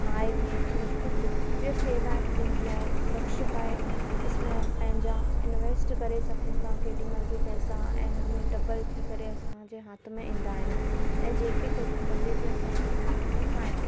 आहे में सुरक्षित जी सेवाए बि ॾींदा आए सुरक्षित आहे क़िस्म जा पंहिंजा इंवेस्ट करे सघूं था केॾीमहिल बि पैसा ऐं इन में डबल थी करे असांजे हथ में ईंदा आहिनि ऐं जेके किस कदे बि असांखे कोई तकलीफ़ु आहे